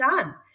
done